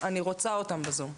אני רוצה אותם בזום.